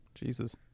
Jesus